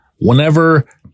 whenever